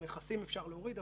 גם מכסים אפשר להוריד.